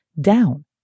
down